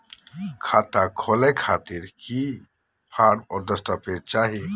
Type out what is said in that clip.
खाता खोले खातिर की की फॉर्म और दस्तावेज चाही?